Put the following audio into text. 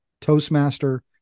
Toastmaster